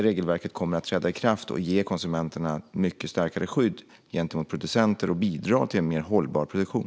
Regelverket kommer att träda i kraft och ge konsumenterna ett mycket starkare skydd gentemot producenterna och bidra till en mer hållbar produktion.